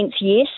yes